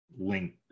Link